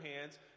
hands